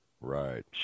right